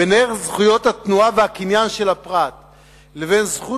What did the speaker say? בין זכות התנועה והקניין של הפרט לבין הזכות